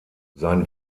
sein